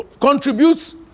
contributes